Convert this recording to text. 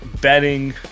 betting